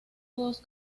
dos